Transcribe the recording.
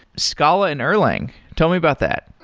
scala and erlang. tell me about that.